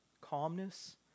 Calmness